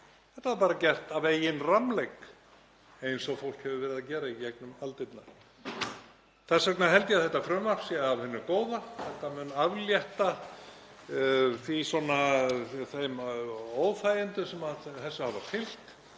Þetta var bara gert af eigin rammleik eins og fólk hefur verið að gera í gegnum aldirnar. Þess vegna held ég að þetta frumvarp sé af hinu góða. Þetta mun aflétta þeim óþægindum sem þessu hafa fylgt